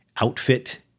outfit